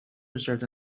observed